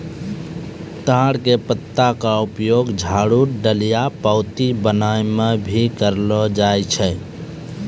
ताड़ के पत्ता के उपयोग झाड़ू, डलिया, पऊंती बनाय म भी करलो जाय छै